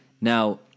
Now